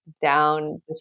down